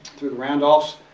through the randolphs,